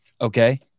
Okay